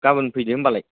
गाबोन फैदो होमबालाय